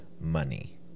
money